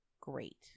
great